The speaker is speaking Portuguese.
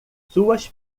suas